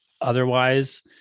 otherwise